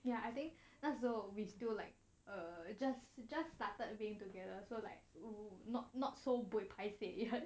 ya I think 那时候 we still like err just just started being together so like not not so buey paiseh